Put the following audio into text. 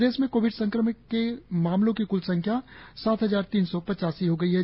प्रदेश में कोविड संक्रमण के मामलों की कृल संख्या सात हजार तीन सौ पचासी हो गई है